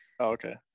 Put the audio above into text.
okay